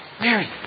Mary